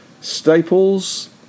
staples